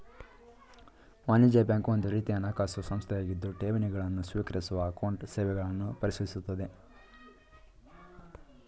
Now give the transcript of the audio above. ವಾಣಿಜ್ಯ ಬ್ಯಾಂಕ್ ಒಂದುರೀತಿಯ ಹಣಕಾಸು ಸಂಸ್ಥೆಯಾಗಿದ್ದು ಠೇವಣಿ ಗಳನ್ನು ಸ್ವೀಕರಿಸುವ ಅಕೌಂಟ್ ಸೇವೆಗಳನ್ನು ಪರಿಶೀಲಿಸುತ್ತದೆ